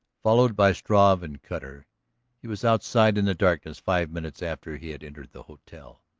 followed by struve and cutter he was outside in the darkness five minutes after he had entered the hotel.